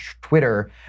Twitter